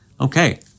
Okay